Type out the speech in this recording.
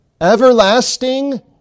everlasting